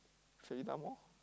Seletar-Mall